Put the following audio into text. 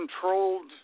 controlled